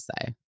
say